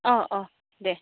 অঁ অঁ দে